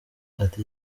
ati